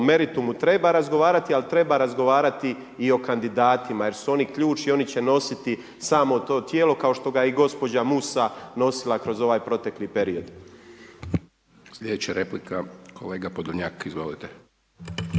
o meritumu treba razgovarati, al' treba razgovarati i o kandidatima, jer su oni ključ, i oni će nositi samo to Tijelo, kao što ga je i gospođa Musa nosila kroz ovaj protekli period. **Hajdaš Dončić, Siniša (SDP)** Sljedeća replika kolega Podolnjak, izvolite.